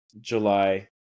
July